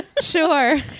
sure